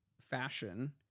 fashion